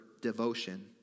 devotion